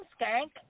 skank